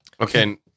Okay